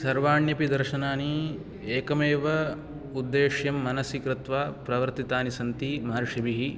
सर्वाण्यपि दर्शनानि एकमेव उद्देश्यं मनसि कृत्वा प्रवर्तितानि सन्ति महर्षिभिः